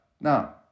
Now